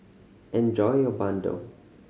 enjoy your bandung